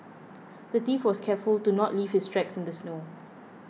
the thief was careful to not leave his tracks in the snow